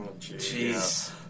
jeez